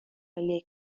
عالیه